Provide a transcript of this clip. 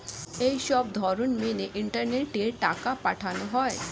এই সবধরণ মেনে ইন্টারনেটে টাকা পাঠানো হয়